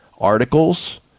articles